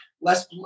less